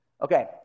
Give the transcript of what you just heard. Okay